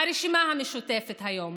הרשימה המשותפת היום